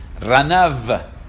Ranav